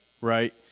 right